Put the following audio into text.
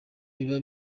biba